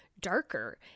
darker